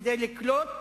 כדי לקלוט,